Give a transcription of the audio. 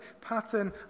pattern